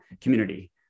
community